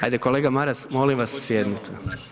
Ajde kolega Maras, molim vas sjednite.